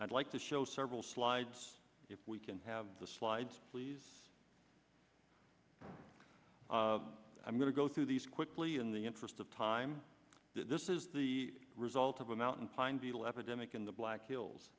i'd like to show several slides if we can have the slides please i'm going to go through these quickly in the interest of time this is the result of a mountain pine beetle epidemic in the black hills